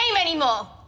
anymore